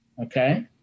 Okay